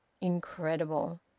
incredible!